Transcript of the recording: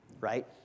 right